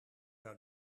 zou